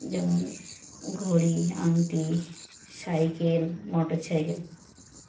যেমন ঘড়ি আংটি সাইকেল মোটর সাইকেল